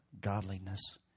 godliness